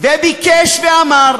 וביקש ואמר: